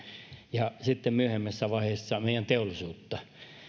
ja sitten myöhemmässä vaiheessa meidän teollisuutta